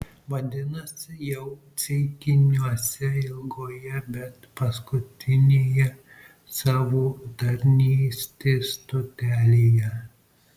vadinasi jau ceikiniuose ilgoje bet paskutinėje savo tarnystės stotelėje